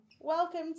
welcome